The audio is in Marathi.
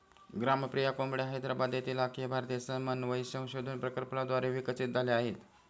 ग्रामप्रिया कोंबड्या हैदराबाद येथील अखिल भारतीय समन्वय संशोधन प्रकल्पाद्वारे विकसित झाल्या आहेत